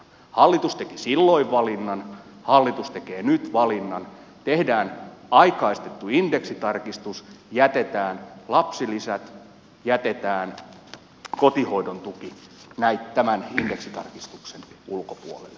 hallitus teki silloin valinnan hallitus tekee nyt valinnan tehdään aikaistettu indeksitarkistus jätetään lapsilisät jätetään kotihoidon tuki tämän indeksitarkistuksen ulkopuolelle